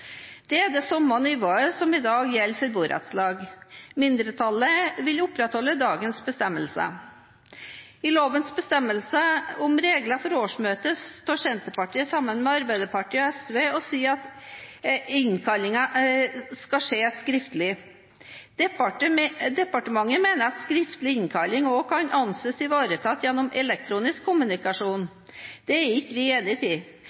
Det er det samme nivået som i dag gjelder for borettslag. Mindretallet vil opprettholde dagens bestemmelser. Når det gjelder lovens bestemmelser om regler for årsmøtet, står Senterpartiet, sammen med Arbeiderpartiet og SV, og sier at innkallingen skal skje skriftlig. Departementet mener at skriftlig innkalling også kan anses ivaretatt ved elektronisk kommunikasjon. Det er ikke vi enig i.